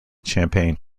champagne